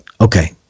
okay